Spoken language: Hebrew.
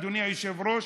אדוני היושב-ראש,